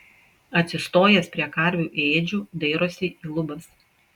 atsistojęs prie karvių ėdžių dairosi į lubas